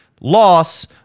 Loss